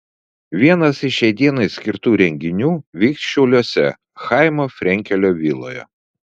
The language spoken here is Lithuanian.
vienas iš šiai dienai skirtų renginių vyks šiauliuose chaimo frenkelio viloje